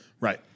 Right